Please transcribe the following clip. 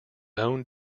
own